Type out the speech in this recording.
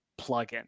plugin